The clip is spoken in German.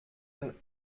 den